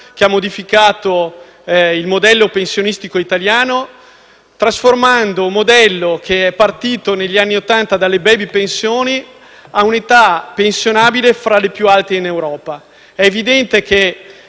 che ha modificato il sistema pensionistico italiano, trasformando un modello che, partito negli anni Ottanta dalle *baby* pensioni, è arrivato a prevedere un'età pensionabile fra le più alte in Europa. È evidente che